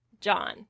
John